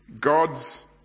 God's